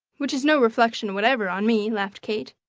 which is no reflection whatever on me, laughed kate.